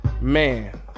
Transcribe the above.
man